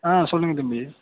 ஆ சொல்லுங்கள் தம்பி